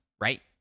right